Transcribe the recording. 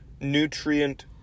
nutrient